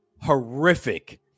horrific